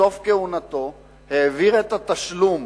בסוף כהונתו העביר את התשלום